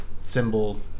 symbol